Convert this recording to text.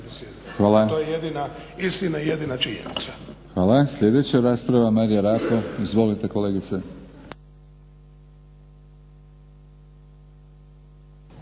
To je jedina istina i jedina činjenica.